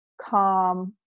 calm